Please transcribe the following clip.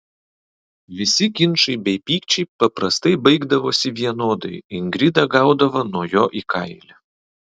visi ginčai bei pykčiai paprastai baigdavosi vienodai ingrida gaudavo nuo jo į kailį